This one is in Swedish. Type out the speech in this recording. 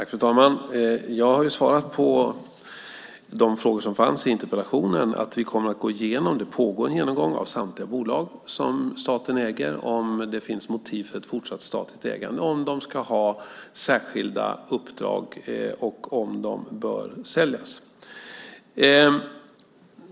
Fru talman! Jag har svarat på de frågor som fanns i interpellationen. Det pågår en genomgång av samtliga bolag som staten äger för att se om det finns motiv för fortsatt statligt ägande, om de ska ha särskilda uppdrag och om de bör säljas.